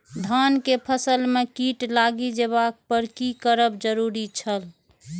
धान के फसल में कीट लागि जेबाक पर की करब जरुरी छल?